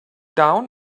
down